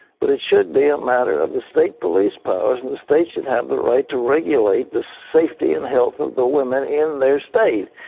but it should be a matter of the state police powers. and the state should have the right to regulate the safety and health of the women in their state.